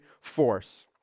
force